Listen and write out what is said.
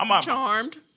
Charmed